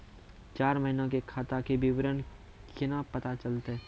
चार महिना के खाता के विवरण केना पता चलतै?